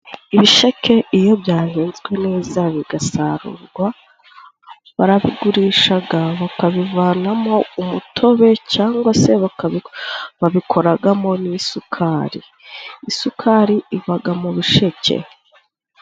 Ibisheke iyo byahinzwe neza bigasarurwa , barabigurishaga bakabivanamo umutobe cyangwa se babikoragamo n'isukari . Isukari ibaga mu bisheke.